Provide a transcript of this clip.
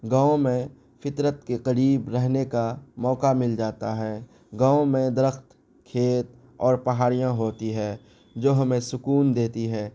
گاؤں میں فطرت کے قریب رہنے کا موقع مل جاتا ہے گاؤں میں درخت کھیت اور پہاڑیاں ہوتی ہے جو ہمیں سکون دیتی ہیں